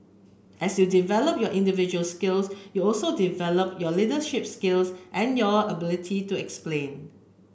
as you develop your individual skills you also develop your leadership skills and your ability to explain